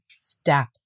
step